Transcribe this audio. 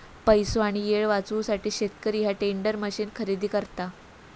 पैसो आणि येळ वाचवूसाठी शेतकरी ह्या टेंडर मशीन खरेदी करता